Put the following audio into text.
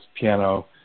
piano